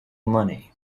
money